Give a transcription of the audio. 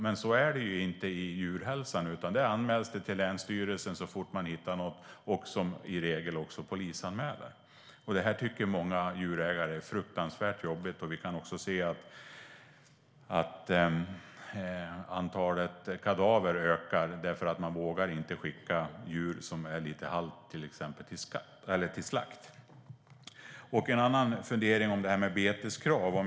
Men så är det inte i djurhälsan. När man hittar något misstänkt anmäls det till länsstyrelsen som i regel gör en polisanmälan. Många djurägare tycker att detta är fruktansvärt jobbigt. Antalet kadaver ökar, därför att man i inte vågar att skicka ett djur som är lite halt till slakt. Sedan har jag en fundering om detta med beteskrav.